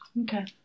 Okay